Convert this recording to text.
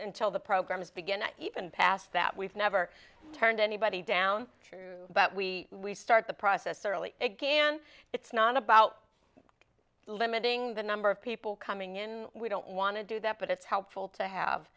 until the program is begin even past that we've never turned anybody down true but we we start the process early again it's not about limiting the number of people coming in we don't want to do that but it's helpful to have